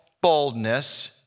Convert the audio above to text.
boldness